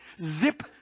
zip